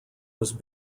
was